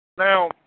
Now